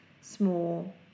small